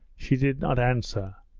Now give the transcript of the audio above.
she did not answer,